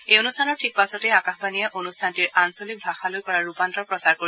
এই অনুষ্ঠানৰ ঠিক পাছতে আকাশবাণীয়ে অনুষ্ঠানটিৰ আঞ্চলিক ভাষালৈ কৰা ৰূপান্তৰ প্ৰচাৰ কৰিব